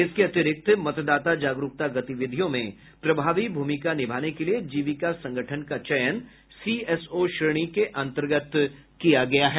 इसके अतिरिक्त मतदाता जागरुकता गतिविधियों में प्रभावी भूमिका निभाने के लिए जीविका संगठन का चयन सीएसओ श्रेणी के अंतर्गत किया गया है